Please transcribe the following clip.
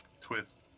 Twist